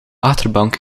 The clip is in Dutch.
achterbank